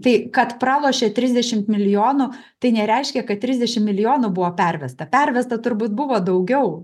už tai kad pralošė trisdešimt milijonų tai nereiškia kad trisdešim milijonų buvo pervesta pervesta turbūt buvo daugiau